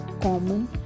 common